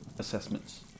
assessments